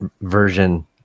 version